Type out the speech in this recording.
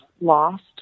lost